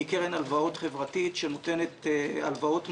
היא קרן הלוואות חברתית שנותנת הלוואות מוזלות,